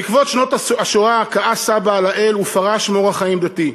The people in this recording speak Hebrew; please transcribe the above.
בעקבות שנות השואה כעס סבא על האל ופרש מאורח חיים דתי.